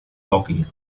talking